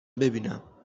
ببینم